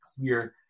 clear